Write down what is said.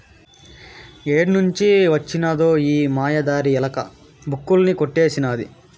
ఏడ్నుంచి వొచ్చినదో ఈ మాయదారి ఎలక, బుక్కులన్నీ కొట్టేసినాది